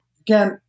again